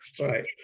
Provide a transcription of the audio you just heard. right